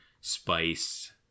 spice